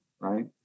right